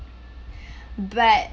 but